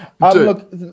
Look